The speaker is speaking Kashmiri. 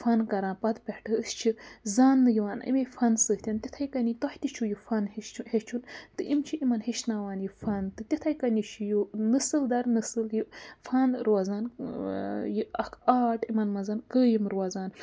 فَن کَران پَتہٕ پٮ۪ٹھٕ أسۍ چھِ زانٛنہٕ یِوان اَمے فَن سۭتۍ تِتھَے کٔنی تۄہہِ تہِ چھُو یہِ فَن ہیٚچھُ ہیٚچھُن تہٕ یِم چھِ یِمَن ہیٚچھناوان یہِ فَن تہٕ تِتھَے کٔنی چھُ یُہ نٔسٕل دَر نٔسٕل یہِ فَن روزان یہِ اَکھ آٹ یِمَن منٛز قٲیِم روزان